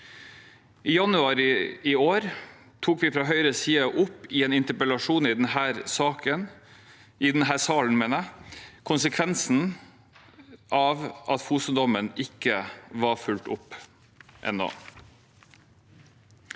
I januar i år tok vi fra Høyres side, i en interpellasjon i denne salen, opp konsekvensen av at Fosen-dommen ennå ikke var fulgt opp.